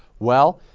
well,